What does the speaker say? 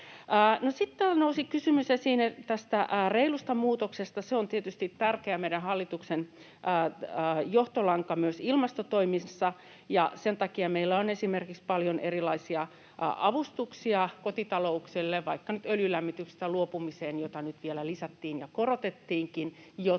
täällä nousi kysymys esiin tästä reilusta muutoksesta: Se on tietysti tärkeä meidän hallituksen johtolanka myös ilmastotoimissa, ja sen takia meillä on esimerkiksi paljon erilaisia avustuksia kotitalouksille, vaikkapa nyt öljylämmityksestä luopumiseen, jota nyt vielä lisättiin ja korotettiinkin,